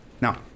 Now